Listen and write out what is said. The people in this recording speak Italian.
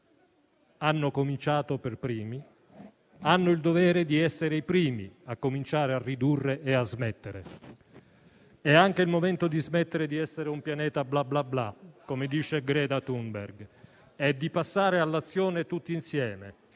Hanno cominciato per primi, hanno il dovere di essere i primi a cominciare a ridurre e a smettere. È anche il momento di smettere di essere un pianeta «bla bla bla», come dice Greta Thunberg, e di passare all'azione tutti insieme,